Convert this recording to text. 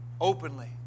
openly